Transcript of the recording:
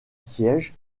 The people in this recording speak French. siège